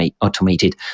automated